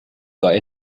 sei